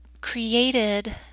created